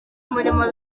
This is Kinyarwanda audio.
umurimo